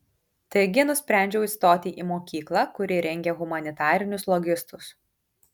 taigi nusprendžiau įstoti į mokyklą kuri rengia humanitarinius logistus